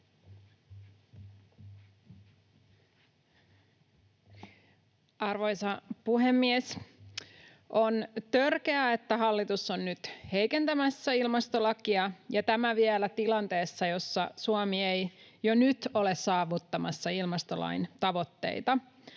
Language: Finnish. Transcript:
Arvoisa puhemies! On törkeää, että hallitus on nyt heikentämässä ilmastolakia ja tämä vielä tilanteessa, jossa Suomi ei jo nyt ole saavuttamassa ilmastolain tavoitteita.